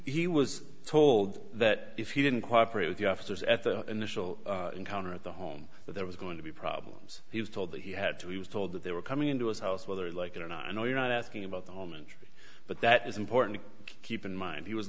he was told that if he didn't cooperate with the officers at the initial encounter at the home that there was going to be problems he was told that he had to he was told that they were coming into his house whether they like it or not i know you're not asking about the moment but that is important to keep in mind he was